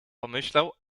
pomyślał